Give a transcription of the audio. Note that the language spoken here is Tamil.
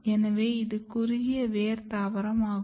எனவே இது குறுகிய வேர் தாவரம் ஆகும்